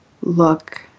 look